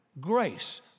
Grace